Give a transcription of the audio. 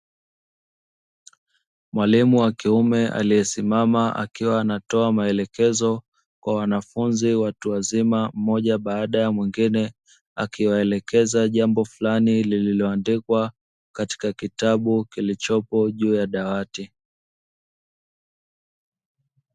Mwalimu wakiume aliyesimama akiwa anatoa maelekezo kwa wanafunzi watu wazima, mmoja baada ya mwingine akiwaelekeza jambo flani lililoandikwa katika kitabu kilichopo juu ya dawati.